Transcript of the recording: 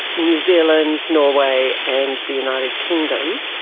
new zealand, norway and the united kingdom.